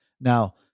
Now